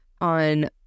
on